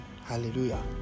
Hallelujah